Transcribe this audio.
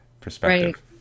perspective